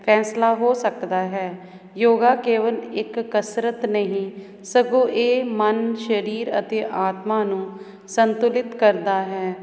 ਫੈਸਲਾ ਹੋ ਸਕਦਾ ਹੈ ਯੋਗਾ ਕੇਵਲ ਇੱਕ ਕਸਰਤ ਨਹੀਂ ਸਗੋਂ ਇਹ ਮਨ ਸਰੀਰ ਅਤੇ ਆਤਮਾ ਨੂੰ ਸੰਤੁਲਿਤ ਕਰਦਾ ਹੈ